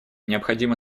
необходимо